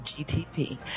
GTP